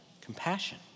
Compassion